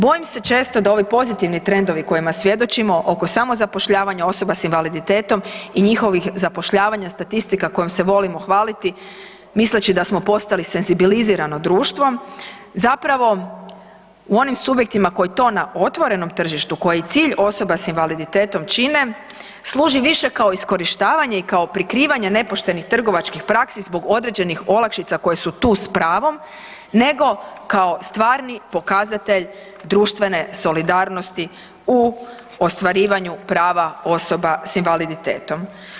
Bojim se često da ovi pozitivni trendovi kojima svjedočimo oko samozapošljavanja osoba s invaliditetom i njihovih zapošljavanja statistika kojom se volimo hvaliti misleći da smo postali senzibilizirano društvo zapravo u onim subjektima koji to na otvorenom tržištu koji i cilj osoba s invaliditetom čine služi više kao iskorištavanje i kao prikrivanje nepoštenih trgovačkih praksi zbog određenih olakšica koje su tu s pravom, nego kao stvarni pokazatelj društvene solidarnosti u ostvarivanju prava osoba s invaliditetom.